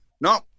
No